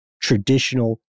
traditional